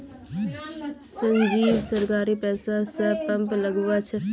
संजीव सरकारी पैसा स पंप लगवा छ